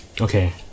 Okay